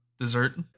Dessert